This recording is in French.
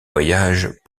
voyages